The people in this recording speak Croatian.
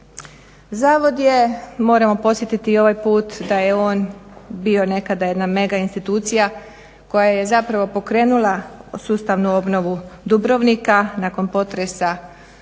Zavod je, moramo podsjetiti i ovaj put, da je on bio nekada jedna mega institucija koja je zapravo pokrenula sustavnu obnovu Dubrovnika nakon potresa